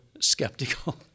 skeptical